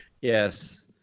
Yes